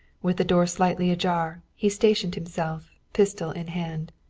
with the door slightly ajar, he stationed himself, pistol in hand.